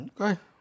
Okay